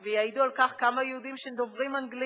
ויעידו על כך כמה יהודים שדוברים אנגלית.